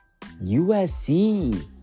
USC